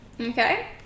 Okay